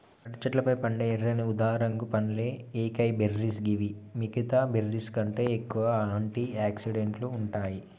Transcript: తాటి చెట్లపై పండే ఎర్రని ఊదారంగు పండ్లే ఏకైబెర్రీస్ గివి మిగితా బెర్రీస్కంటే ఎక్కువగా ఆంటి ఆక్సిడెంట్లు ఉంటాయి